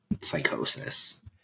psychosis